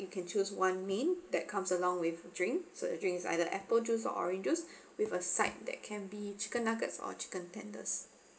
you can choose one main that comes along with drink so the drinks either apple juice or orange juice with a side that can be chicken nuggets or chicken tenders